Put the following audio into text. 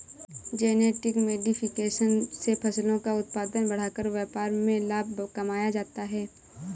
genetic modification से फसलों का उत्पादन बढ़ाकर व्यापार में लाभ कमाया जाता है